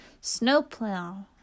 Snowplow